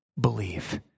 believe